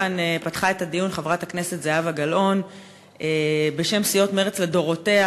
פתחה את הדיון חברת הכנסת זהבה גלאון בשם סיעת מרצ לדורותיה,